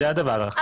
זה הדבר החשוב,